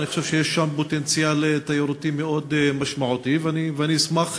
ואני חושב שיש פוטנציאל תיירותי מאוד משמעותי ואני אשמח